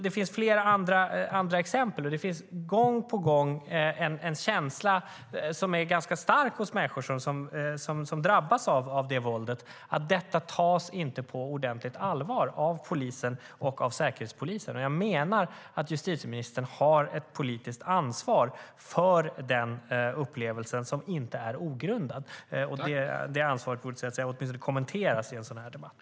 Det finns fler exempel, och det finns gång på gång en känsla som är ganska stark hos människor som drabbas av detta våld: Detta tas inte på ordentligt allvar av polisen och av säkerhetspolisen. Jag menar att justitieministern har ett politiskt ansvar för den upplevelsen som inte är ogrundad. Det ansvaret borde åtminstone kommenteras i en sådan här debatt.